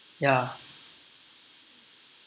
ya